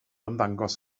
ymddangos